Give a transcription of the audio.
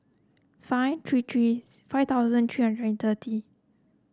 five three three five thousand three hundred and thirty